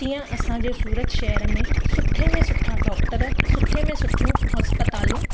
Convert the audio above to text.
तीअं असांजे सूरत शहर में सुठे में सुठा डॉक्टर सुठे में सुठियूं हस्पतालूं